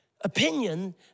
opinion